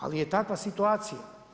Ali je takva situacija.